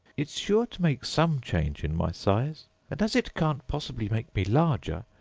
it's sure to make some change in my size and as it can't possibly make me larger,